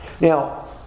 Now